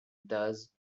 thus